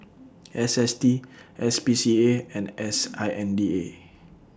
S S T S P C A and S I N D A